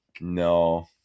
No